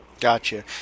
Gotcha